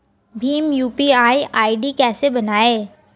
Bhim UPI ID कैसे बनाएं?